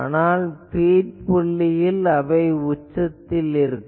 ஆனால் பீட் புள்ளியில் அவை உச்சத்தில் இருக்கும்